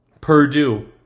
Purdue